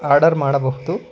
order ಮಾಡಬಹುದು